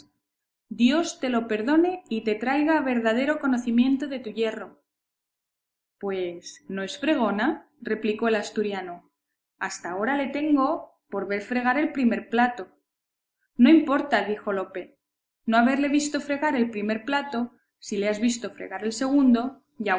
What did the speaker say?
dios te lo perdone y te traiga a verdadero conocimiento de tu yerro pues no es fregona replicó el asturiano hasta ahora le tengo por ver fregar el primer plato no importa dijo lope no haberle visto fregar el primer plato si le has visto fregar el segundo